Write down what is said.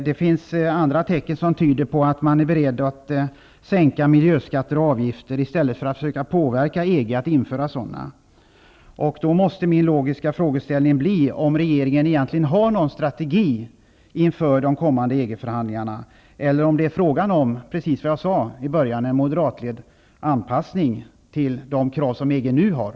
Det finns andra tecken som tyder på att man är beredd att sänka miljöskatter och avgifter i stället för att försöka påverka EG att införa sådana. En logisk fråga blir då: Har regeringen egentligen någon strategi inför de kommande EG-förhandlingarna? Eller blir det -- precis som jag tidigare sade -- en moderatledd anpassning till EG:s nuvarande krav?